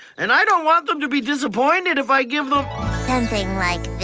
and i don't want them to be disappointed if i give them something like